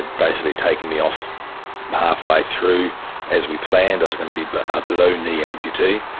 basically taken me off halfway through as we planned, i was going to be but a below-knee amputee.